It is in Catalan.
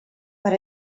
per